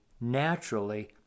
naturally